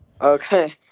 Okay